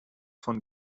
von